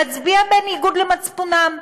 להצביע בניגוד למצפונם?